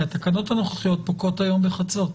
כי התקנות הנוכחיות פוקעות היום בחצות,